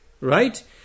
right